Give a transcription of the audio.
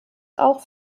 auch